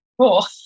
cool